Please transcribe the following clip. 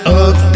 up